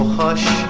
hush